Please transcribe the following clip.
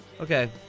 Okay